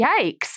yikes